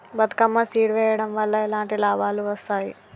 Bathukamma seed వెయ్యడం వల్ల ఎలాంటి లాభాలు వస్తాయి?